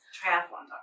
triathlon